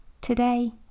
Today